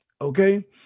Okay